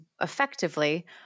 effectively